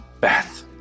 beth